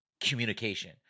communication